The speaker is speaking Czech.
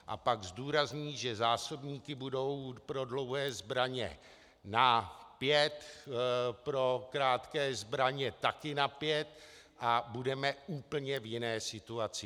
A pak vymyslí, že zásobníky budou pro dlouhé zbraně na pět, pro krátké zbraně taky na pět, a budeme v úplně jiné situaci.